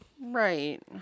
Right